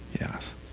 Yes